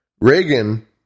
Reagan